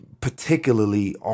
particularly